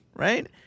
Right